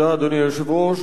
אדוני היושב-ראש,